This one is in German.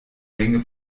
menge